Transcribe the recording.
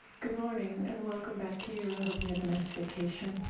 good morning and welcome back to you. i hope you had a nice vacation.